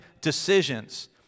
decisions